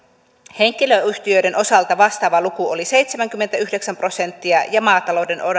henkilöyhtiöiden osalta vastaava luku oli seitsemänkymmentäyhdeksän prosenttia ja maatalouden